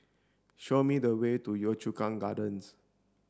show me the way to Yio Chu Kang Gardens